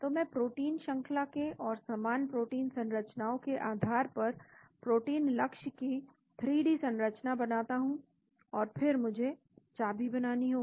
तो मैं प्रोटीन श्रंखला के और समान प्रोटीन संरचनाओं के आधार पर प्रोटीन लक्ष्य की 3 डी संरचना बनाता हूं और फिर मुझे चाबी बनानी होगी